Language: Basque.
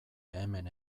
hemen